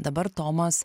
dabar tomas